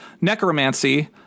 Necromancy